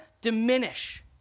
diminish